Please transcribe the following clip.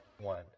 One